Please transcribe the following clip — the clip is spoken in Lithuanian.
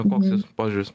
koks jos požiūris